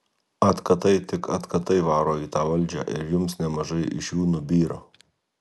atkatai tik atkatai varo į tą valdžią ir jums nemažai iš jų nubyra